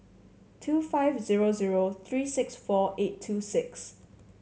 two five zero zero three six four eight two six